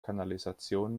kanalisation